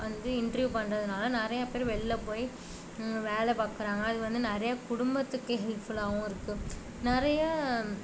வந்து இன்டர்வியூ பண்றதனால நிறையா பேர் வெளில போய் வேலை பார்க்குறாங்க அது வந்து நிறைய குடும்பத்துக்கு ஹெல்ப்ஃபுல்லாவும் இருக்கு நிறைய